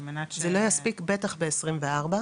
זה לא יספיק בטח ב-2024.